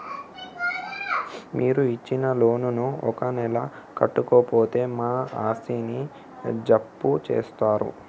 మీరు ఇచ్చిన లోన్ ను ఒక నెల కట్టకపోతే మా ఆస్తిని జప్తు చేస్తరా?